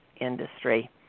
industry